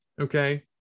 okay